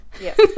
Yes